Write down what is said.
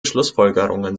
schlussfolgerungen